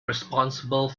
responsible